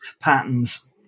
patterns